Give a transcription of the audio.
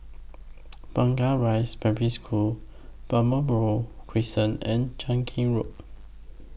Blangah Rise Primary School Balmoral Crescent and Cheow Keng Road